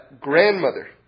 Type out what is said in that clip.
grandmother